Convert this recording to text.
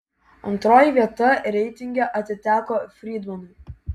antroji vieta reitinge atiteko frydmanui